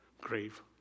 grave